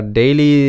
daily